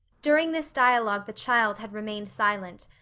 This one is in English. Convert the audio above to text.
during this dialogue the child had remained silent,